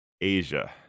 Asia